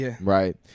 Right